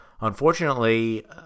unfortunately